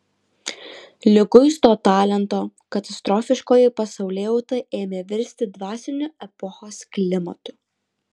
liguisto talento katastrofiškoji pasaulėjauta ėmė virsti dvasiniu epochos klimatu